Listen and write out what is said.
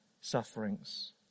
sufferings